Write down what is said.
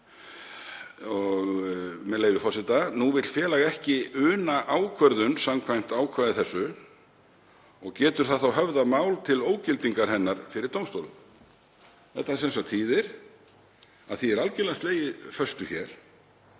með leyfi forseta: „Nú vill félag ekki una ákvörðun samkvæmt ákvæði þessu og getur það þá höfðað mál til ógildingar hennar fyrir dómstólum.“ Þetta þýðir að því er algerlega slegið föstu hér